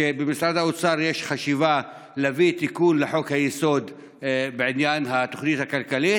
שבמשרד האוצר יש חשיבה להביא תיקון לחוק-היסוד בעניין התוכנית הכלכלית.